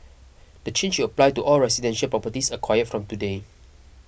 the change will apply to all residential properties acquired from today